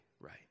right